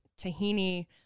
tahini